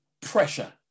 Pressure